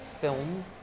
film